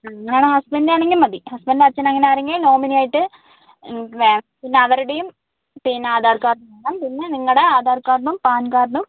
അങ്ങനെ ആണെങ്കിൽ ഹസ്ബൻ്റ് ആണെങ്കിലും മതി ഹസ്ബൻ്റൊ അച്ഛനൊ അങ്ങനെ ആരെങ്കിലും നോമിനി ആയിട്ട് വേണം പിന്നെ അവരുടേയും പിന്നെ ആധാർ കാർഡ് വേണം പിന്നെ നിങ്ങടെ ആധാർ കാർഡും പാൻ കാർഡും